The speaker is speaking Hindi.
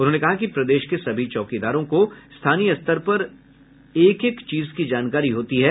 उन्होंने कहा कि प्रदेश के सभी चौकीदारों को स्थानीय स्तर पर एक एक चीज की जानकारी होती है